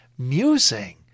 musing